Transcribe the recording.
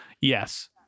yes